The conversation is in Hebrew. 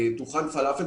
דוכן פלאפל,